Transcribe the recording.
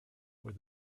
where